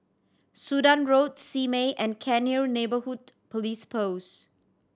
Sudan Road Simei and Cairnhill Neighbourhood Police Post